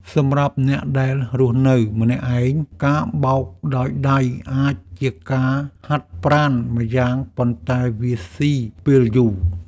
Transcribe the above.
សម្រាប់អ្នកដែលរស់នៅម្នាក់ឯង ការបោកដោយដៃអាចជាការហាត់ប្រាណម្យ៉ាងប៉ុន្តែវាស៊ីពេលយូរ។